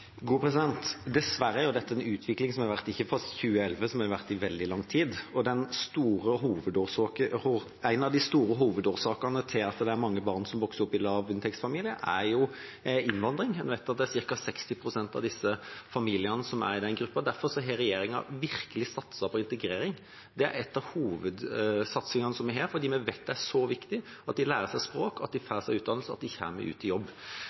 Dessverre er dette en utvikling som har vært ikke fra 2011, men i veldig lang tid. En av hovedårsakene til at det er mange barn som vokser opp i lavinntektsfamilier, er innvandring. En vet at det er ca. 60 pst. av disse familiene som er i den gruppa. Derfor har regjeringa virkelig satset på integrering. Det er en av hovedsatsingene vi har, for vi vet det er så viktig at de lærer seg språk, at de får seg utdannelse, at de kommer ut i jobb.